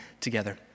together